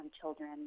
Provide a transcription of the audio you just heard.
children